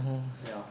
ya